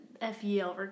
F-E-L